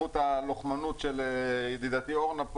ובזכות הלוחמנות של ידידתי אורנה,